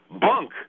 bunk